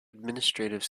administrative